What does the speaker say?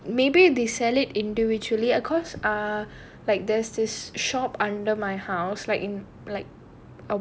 wait maybe they sell it individually because err like there's this shop under my house like in like